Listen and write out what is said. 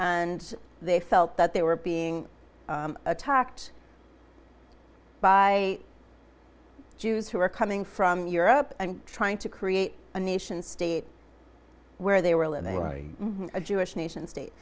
and they felt that they were being attacked by jews who were coming from europe and trying to create a nation state where they were living in a jewish nation state